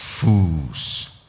fools